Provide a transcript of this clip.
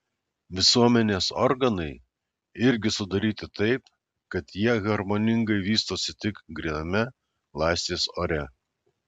visuomenės organai irgi sudaryti taip kad jie harmoningai vystosi tik gryname laisvės ore